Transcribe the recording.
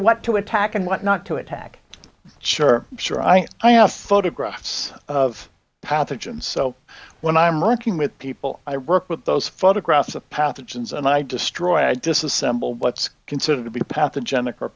what to attack and what not to attack sure sure i mean i ask photographs of pathogens so when i'm working with people i work with those photographs of pathogens and i destroy i disassemble what's considered to be pathogenic or